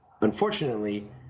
Unfortunately